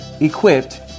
equipped